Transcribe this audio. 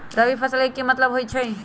रबी फसल के की मतलब होई छई?